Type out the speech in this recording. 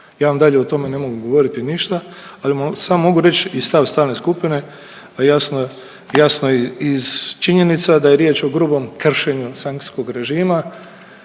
Ja vam dalje o tome ne mogu govoriti ništa ali samo mogu reći i stav stalne skupine, a jasno je, jasno je iz činjenica da je riječ o grubom kršenju sankcijskog režima